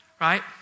right